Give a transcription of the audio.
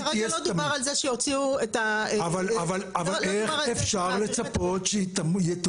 לא דובר על זה שיוציאו את ה --- אבל איך אפשר לצפות שיתומחר